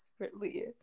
desperately